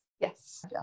Yes